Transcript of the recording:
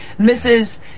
Mrs